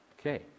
okay